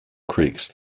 creeks